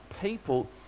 people